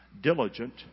diligent